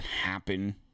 happen